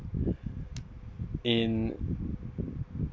in